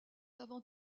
avant